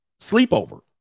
sleepover